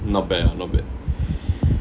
not bad ah not bad